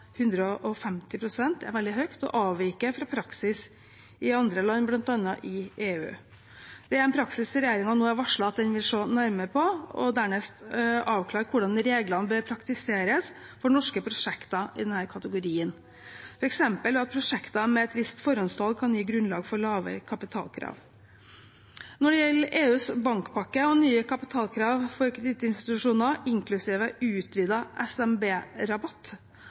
er veldig høyt og avviker fra praksis i andre land, bl.a. i EU. Det er en praksis regjeringen nå har varslet at den vil se nærmere på, og dernest avklare hvordan reglene bør praktiseres for norske prosjekter i denne kategorien, f.eks. ved at prosjekter med et visst forhåndssalg kan gi grunnlag for lavere kapitalkrav. Når det gjelder EUs bankpakke og nye kapitalkrav for kredittinstitusjoner inklusive